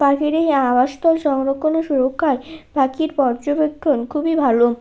পাখিটির আবাসস্থল সংরক্ষণের সুরক্ষায় পাখির পর্যবেক্ষণ খুবই ভালো